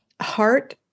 heart